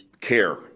care